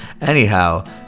Anyhow